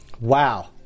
Wow